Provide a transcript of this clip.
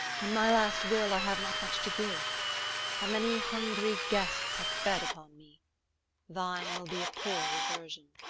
in my last will i have not much to give a many hungry guests have fed upon me thine will be a poor reversion.